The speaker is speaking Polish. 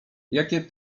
jakie